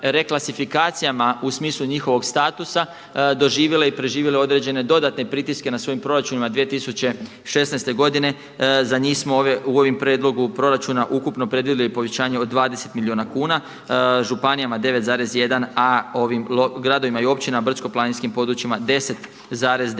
reklasifikacijama u smislu njihovog statusa doživjele i preživjele određene dodatne pritiske na svojim proračunima 2016. godine. Za njih smo u ovom prijedlogu proračuna ukupno predvidjeli povećanje od 20 milijuna kuna, županijama 9,1 a ovim gradovima i općinama, brdsko-planinskim područjima 10,9.